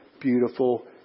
beautiful